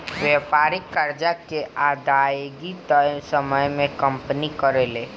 व्यापारिक कर्जा के अदायगी तय समय में कंपनी करेले